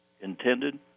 intended